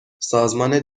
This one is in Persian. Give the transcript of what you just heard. سازمان